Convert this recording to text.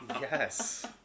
yes